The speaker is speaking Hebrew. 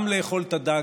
גם לאכול את הדג,